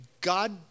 God